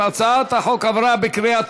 ההצעה להעביר את הצעת חוק אימוץ ילדים (תיקון,